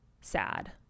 sad